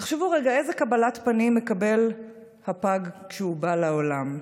תחשבו רגע איזו קבלת פנים מקבל הפג כשהוא בא לעולם,